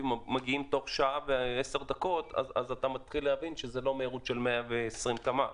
תוך שעה ועשר דקות אז אפשר להבין שזו לא מהירות של 120 קמ"ש.